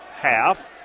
half